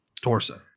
Torso